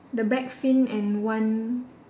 the back fin and one